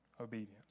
obedience